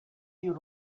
you